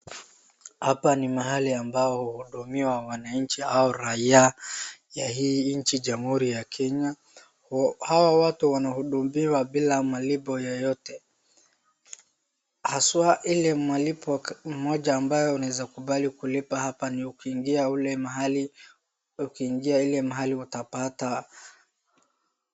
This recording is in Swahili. Hapa ni mahali ambao wahudumiwa wananchi au raia ya hii nchi jamhuri ya Kenya. Hawa watu wanahudumiwa bila malipo yoyote, haswa ile malipo moja ambayo unaezakubali kulipa hapa ni ukiingia ule mahali, ukiingia ile mahali utapata.